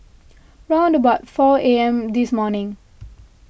round about four A M this morning